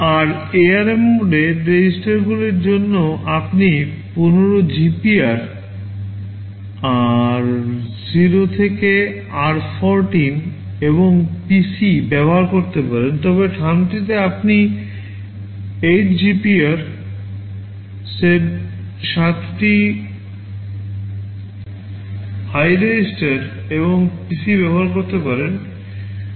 আর ARM মোডে REGISTERগুলির জন্য আপনি 15 GPR r 0 থেকে r 14 এবং PC ব্যবহার করতে পারেন তবে থাম্বটিতে আপনি 8 GPR 7 টি হাই REGISTER এবং PC ব্যবহার করতে পারেন